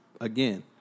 Again